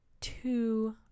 two